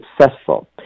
successful